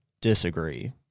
disagree